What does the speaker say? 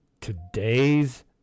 today's